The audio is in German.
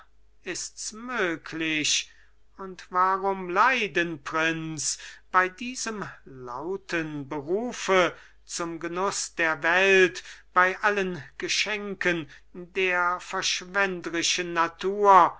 ists möglich und warum leiden prinz bei diesem lauten berufe zum genuß der welt bei allen geschenken der verschwendrischen natur